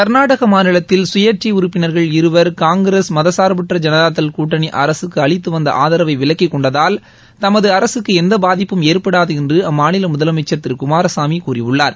கர்நாடக மாநிலத்தில் சுயேட்சை உறுப்பினர்கள் இருவர் காங்கிரஸ் மதச்சார்பற்ற ஜனதாதள் கூட்டனி அரசுக்கு அளித்து வந்த ஆதரவை விலக்கிக் கொண்டதால் தமது அரசுக்கு எந்த பாதிப்பும் ஏற்படாது என்று அம்மாநில முதலமைச்சர் திரு குமாரசாமி கூறியுள்ளார்